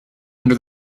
under